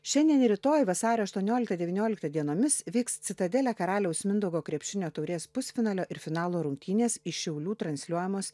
šiandien ir rytoj vasario aštuonioliktą devynioliktą dienomis vyks citadele karaliaus mindaugo krepšinio taurės pusfinalio ir finalo rungtynės iš šiaulių transliuojamos